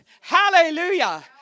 Hallelujah